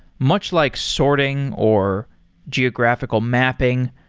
much like sorting, or geographical mapping,